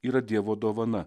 yra dievo dovana